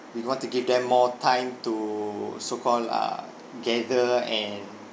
we want to give them more time to so call uh gather and